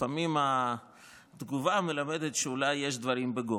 לפעמים התגובה מלמדת שאולי יש דברים בגו.